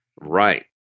Right